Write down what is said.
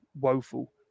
woeful